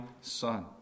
son